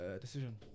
decision